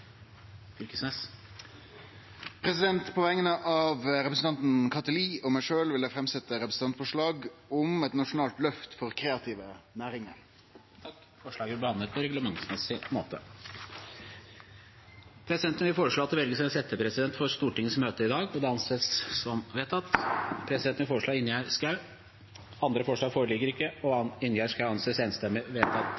et representantforslag. På vegner av representanten Kathy Lie og meg sjølv vil eg setje fram eit representantforslag om eit nasjonalt løft for kreative næringar. Forslaget vil bli behandlet på reglementsmessig måte. Presidenten vil foreslå at det velges en settepresident for Stortingets møte i dag – og anser det for vedtatt. Presidenten vil foreslå Ingjerd Schou. – Andre forslag foreligger ikke, og